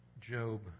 Job